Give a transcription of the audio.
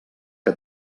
que